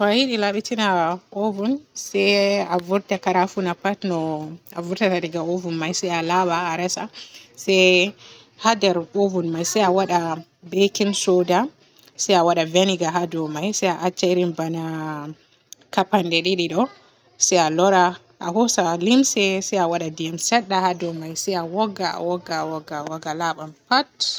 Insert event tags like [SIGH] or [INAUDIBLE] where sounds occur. [NOISE] To a yiɗi labitina oben se a vurta karafuna pat no a vurtana daga oben me se a lawa a resa se ha nder oben me se a waada bakin soda, se a wada veniga haa ɗo me se a acca irin bana kapande didi ɗo se a loora a hoosa limse se a wada dim sedda ha ɗou me se a wogga a wooga a wogga a wogga laaban pat.